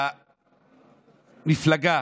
שהמפלגה